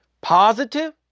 Positive